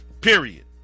Period